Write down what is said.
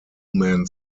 men